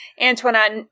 Antoinette